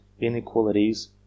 inequalities